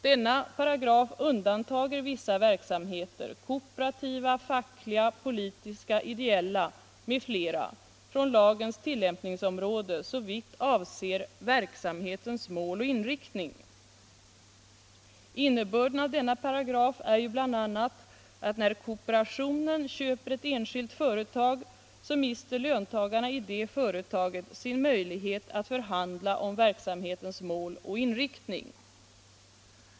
Denna paragraf undantar vissa verksamheter — kooperativ, facklig, politisk, ideell, m.fl. — från lagens tillämpningsområde, såvitt avser verksamhetens mål och inriktning. Innebörden av denna paragraf är bl.a. att när kooperationen köper ett enskilt företag, mister löntagarna i det företaget sin möjlighet att förhandla om verksamhetens mål och inriktning.